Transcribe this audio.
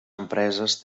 empreses